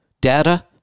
data